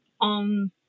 on